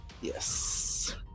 Yes